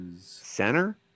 center